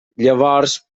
llavors